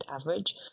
average